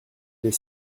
des